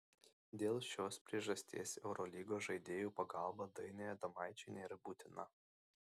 dėl šios priežasties eurolygos žaidėjų pagalba dainiui adomaičiui nėra būtina